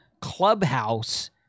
Clubhouse